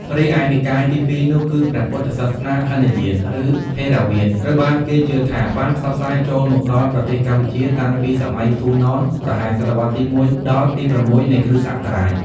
រីឯនិកាយទី២នោះគឺ ព្រះពុទ្ធសាសនាហីនយាន ឬ ថេរវាទ ត្រូវបានគេជឿថាបានផ្សព្វផ្សាយចូលមកដល់ប្រទេសកម្ពុជាតាំងពីសម័យហ្វូណន ប្រហែលសតវត្សរ៍ទី ១ ដល់ទី ៦ នៃគ.ស.។